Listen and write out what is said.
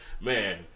man